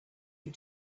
you